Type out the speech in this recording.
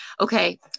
okay